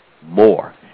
More